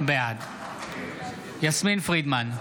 בעד יסמין פרידמן,